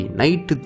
night